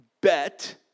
bet